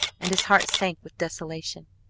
and his heart sank with desolation.